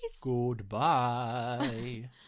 Goodbye